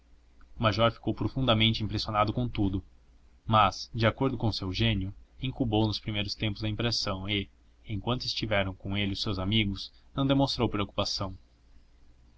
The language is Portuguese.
major ficou profundamente impressionado com tudo mas de acordo com seu gênio incubou nos primeiros tempos a impressão e enquanto estiveram com ele os seus amigos não demonstrou preocupação